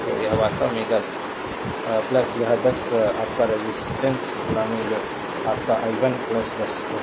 तो यह वास्तव में 10 actually यह 10 your रेजिस्टेंस your i 1 10 होगा